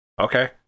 okay